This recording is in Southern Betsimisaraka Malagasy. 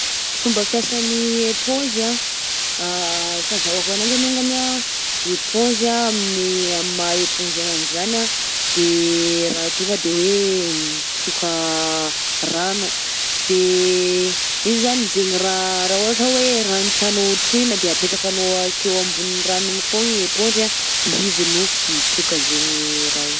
Ny fomba fiasan'ny éponge anh, fahazahoako ananjy alongany anh, éponge anh amin'ny am'maha-éponge ananjy zany anh de raha tonga de hoe mitroka rano, de io zany zaigny raha raha ohatra hoe rano tianao ho trohina de apetrakanao akeo ambonin'ny rano igny foagna i éponge anh de izy no mitroka zaigny raha i.